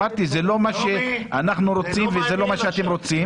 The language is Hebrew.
זה אל מה שאנחנו רוצים וזה לא מה שאתם רוצים,